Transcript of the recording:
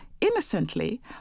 innocently